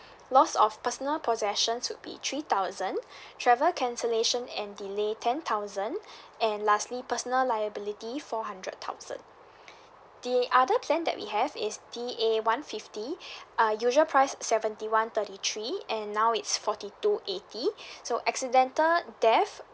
loss of personal possessions would be three thousand travel cancellation and delay ten thousand and lastly personal liability four hundred thousand the other plan that we have is t a one fifty uh usual price seventy one thirty three and now it's forty two eighty so accidental deaths